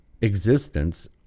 existence